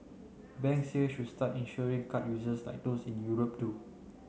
banks here should start insuring card users like those in Europe do